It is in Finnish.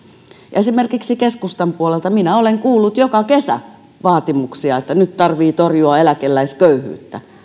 esimerkiksi keskustan puolelta minä olen kuullut joka kesä vaatimuksia että nyt tarvitsee torjua eläkeläisköyhyyttä